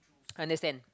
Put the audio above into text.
understand